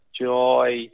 Joy